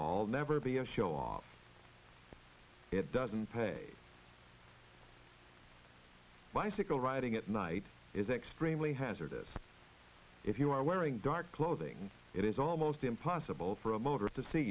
all never be a show off it doesn't pay bicycle riding at night is extremely hazardous if you are wearing dark clothing it is almost impossible for a motor